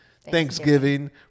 Thanksgiving